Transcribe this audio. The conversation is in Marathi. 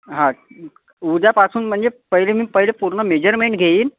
हां उद्यापासून म्हणजे पहिले मी पहिले पूर्ण मेजरमेंट घेईन